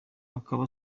akaba